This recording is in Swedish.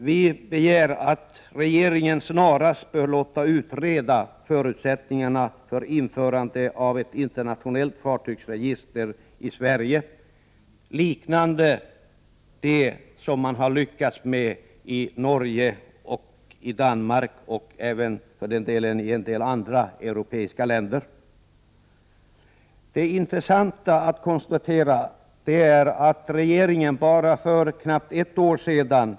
Vi begär där att regeringen snarast bör låta utreda förutsättningarna för införande av ett internationellt fartygsregister i Sverige, liknande det som man har lyckats med i Norge och Danmark och Prot. 1988/89:46 även i en del andra europeiska länder. 15 december 1988 Det intressanta att konstatera är att regeringen för bara knapptettårsedan. = Gam.